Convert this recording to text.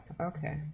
Okay